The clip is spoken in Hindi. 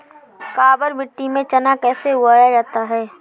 काबर मिट्टी में चना कैसे उगाया जाता है?